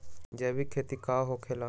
जैविक खेती का होखे ला?